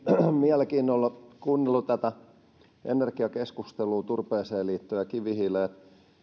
mielenkiinnolla kuunnellut tätä energiakeskustelua turpeeseen liittyvää ja kivihiileen